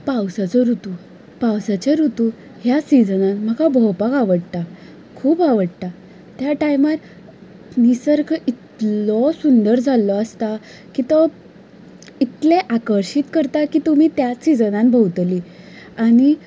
पावसाचो रुतू पावसाच्या रुतूंत ह्या सिजनांत म्हाका भोंवपाक आवडटा खूब आवडटा त्या टायमार निसर्ग इतलो सुंदर जाल्लो आसता की तो इतलें आकर्शीत करता की तुमी त्याच सिजनांत भोंवतलीं आनी